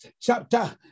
chapter